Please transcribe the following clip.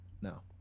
No